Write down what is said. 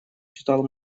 читал